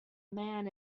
man